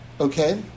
Okay